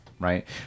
right